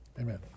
Amen